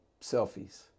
selfies